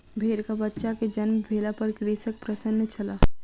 भेड़कबच्चा के जन्म भेला पर कृषक प्रसन्न छल